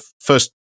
first